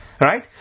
Right